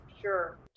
Sure